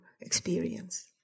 experience